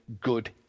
good